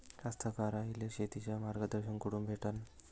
कास्तकाराइले शेतीचं मार्गदर्शन कुठून भेटन?